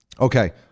Okay